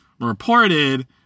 reported